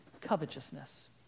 covetousness